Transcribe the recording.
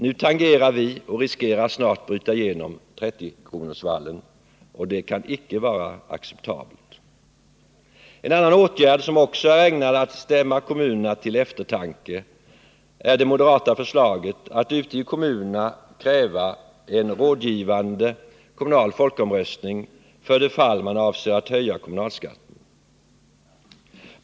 Nu tangerar vi och riskerar att snart bryta igenom 30-kronorsvallen. Det kan icke vara acceptabelt. En annan åtgärd som också är ägnad att stämma kommunerna till eftertanke är det moderata förslaget att ute i kommunerna kräva en rådgivande kommunal folkomröstning för det fall man avser att höja kommunalskatten.